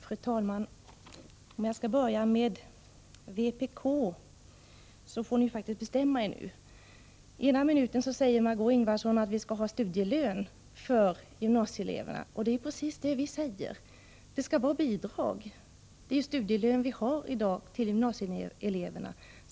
Fru talman! För att börja med vpk, så får ni faktiskt bestämma er nu. Ena minuten säger Margö Ingvardsson att vi skall ha studielön för gymnasieeleverna. Det är precis detta vi föreslår. Det skall vara bidrag. Det är ju studielön vi har i dag till gymnasieeleverna.